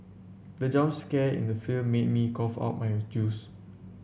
the jump scare in the film made me cough out my juice